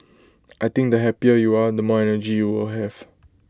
I think the happier you are the more energy you will have